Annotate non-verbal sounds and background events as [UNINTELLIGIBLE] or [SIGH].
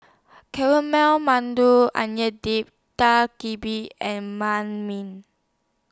[UNINTELLIGIBLE] Onion Dip Dak [UNINTELLIGIBLE] and [UNINTELLIGIBLE] MI